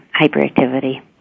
hyperactivity